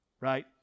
right